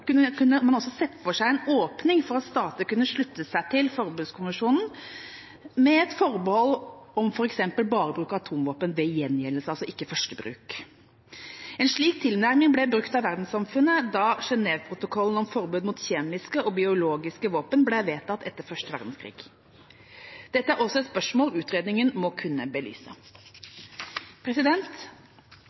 sett for seg en åpning for at stater skulle kunne slutte seg til forbudskonvensjonen med et forbehold om f.eks. bare å bruke atomvåpen ved gjengjeldelse, ikke førstebruk. En slik tilnærming ble brukt av verdenssamfunnet da Genève-protokollen om forbud mot kjemiske og biologiske våpen ble vedtatt etter første verdenskrig. Dette er også et spørsmål utredningen må kunne belyse.